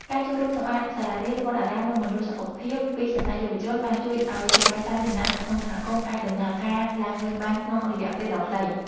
ការចូលរួមសម្អាតសាលារៀន វត្តអារាម និងមណ្ឌលសុខភាពពីសំណាក់យុវជន បានជួយឱ្យសេវាសាធារណៈនៅក្នុងសហគមន៍អាចដំណើរការឡើងវិញបានក្នុងរយៈពេលដ៏ខ្លី។